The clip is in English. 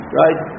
right